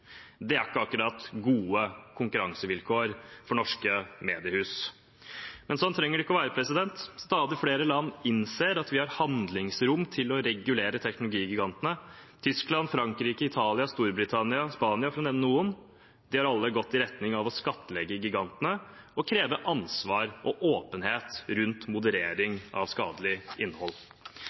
Det er ikke akkurat gode konkurransevilkår for norske mediehus. Men sånn trenger det ikke å være. Stadig flere land innser at vi har handlingsrom til å regulere teknologigigantene. Tyskland, Frankrike, Italia, Storbritannia og Spania – for å nevne noen – har alle gått i retning av å skattlegge gigantene og kreve ansvar og åpenhet rundt moderering av skadelig innhold.